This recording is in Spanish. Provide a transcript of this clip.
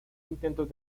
intentos